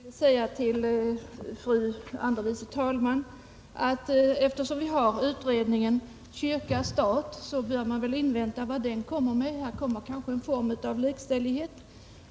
Herr talman! Jag vill säga till fru andre vice talmannen att eftersom vi har beredningen om stat och kyrka bör vi väl invänta vad den kommer med. Det blir kanske en form av likställighet.